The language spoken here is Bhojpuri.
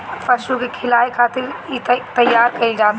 पशु के खियाए खातिर इ तईयार कईल जात बाटे